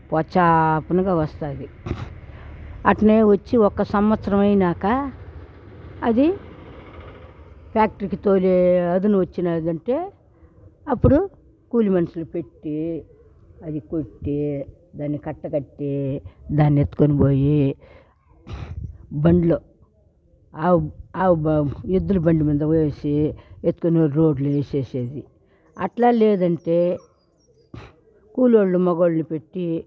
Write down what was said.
పచ్చాపనగా వస్తాది అట్నే వచ్చి ఒక సంవత్సరం అయినాక అది ఫ్యాక్టరీకి తోలే అదును వచ్చినది అంటే అప్పుడు కూలి మనుషులు పెట్టి అది కొట్టి దాన్ని కట్ట కట్టి దాన్ని ఎత్తుకొని పోయి బండ్లో ఆవు ఆవు బం ఎద్దులు బండిమీద పోయేసి ఎత్తుకొని రోడ్లో వేసేసేది అట్లా లేదు అంటే కూలోళ్ళు మొగోళ్ళు పెట్టి